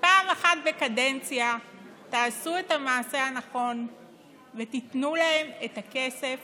פעם אחת בקדנציה תעשו את המעשה הנכון ותיתנו להם את הכסף